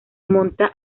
monta